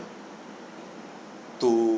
to